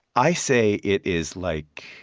i say it is like